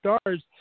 stars